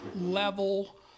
level